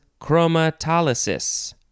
chromatolysis